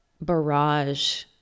barrage